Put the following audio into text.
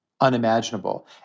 unimaginable